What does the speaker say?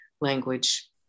language